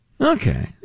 Okay